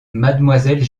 mademoiselle